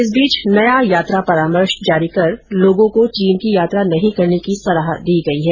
इस बीच नया यात्रा परामर्श जारी कर लोगों को चीन की यात्रा न करने की सलाह दी गई है